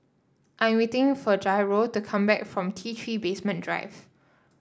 I am waiting for Jairo to come back from T Three Basement Drive